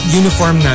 uniform